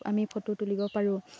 আমি ফটো তুলিব পাৰোঁ